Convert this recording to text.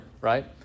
right